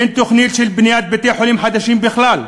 אין תוכנית של בניית בתי-חולים חדשים בכלל,